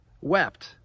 wept